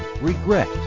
regret